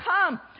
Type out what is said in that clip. come